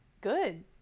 good